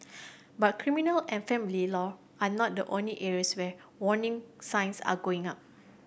but criminal and family law are not the only areas where warning signs are going up